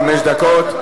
חמש דקות.